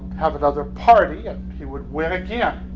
have another party yet he would wear it. yeah